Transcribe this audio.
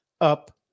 up